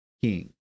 king